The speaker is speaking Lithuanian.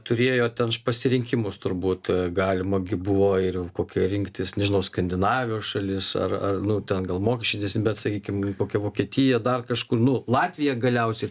turėjo ten pasirinkimus turbūt galima gi buvo ir kokią rinktis nežinau skandinavijos šalis ar ar nu ten gal mokesčiai bet sakykim kokia vokietija dar kažkur nu latvija galiausiai